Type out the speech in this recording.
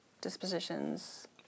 dispositions